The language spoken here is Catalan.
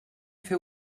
fer